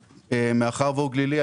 מאחר והוא גלילי,